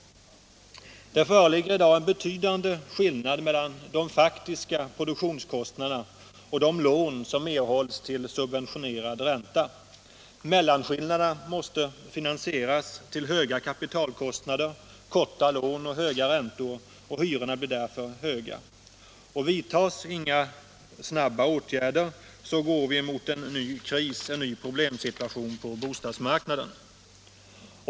Det föreligger i dag en betydande skillnad mellan de faktiska produktionskostnaderna och de lån som erhålls till subventionerad ränta. Mellanskillnaderna måste finansieras till höga kapitalkostnader — korta lån och höga räntor — och hyrorna blir därför höga. Vidtas inga snabba åtgärder går vi mot en ny problemsituation på bostadsmarknaden.